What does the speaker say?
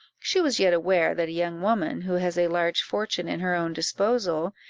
she was yet aware that a young woman who has a large fortune in her own disposal,